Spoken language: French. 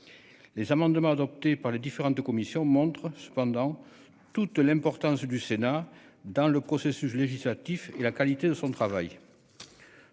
Les amendements adoptés par les différentes commissions montre cependant toute l'importance du Sénat dans le processus législatif et la qualité de son travail.